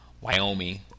Wyoming